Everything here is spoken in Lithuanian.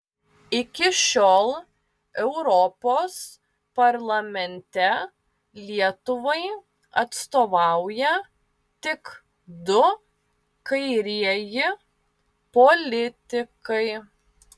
iki šiol europos parlamente lietuvai atstovauja tik du kairieji politikai